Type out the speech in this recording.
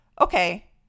Okay